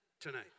tonight